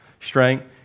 strength